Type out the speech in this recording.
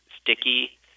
sticky